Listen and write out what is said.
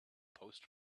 post